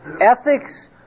ethics